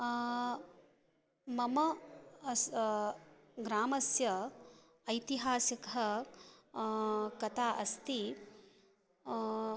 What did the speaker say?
मम ग्रामस्य ऐतिहासिककथा अस्ति